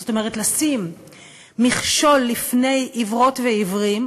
זאת אומרת לשים מכשול לפני עיוורות ועיוורים,